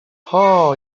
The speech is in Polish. hoooo